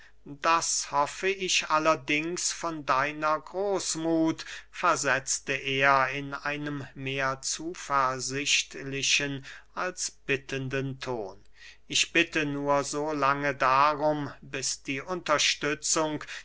das hoffe ich allerdings von deiner großmuth versetzte er in einem mehr zuversichtlichen als bittenden ton ich bitte nur so lange darum bis die unterstützung